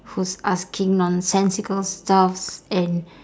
who's asking nonsensical stuffs and